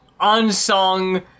unsung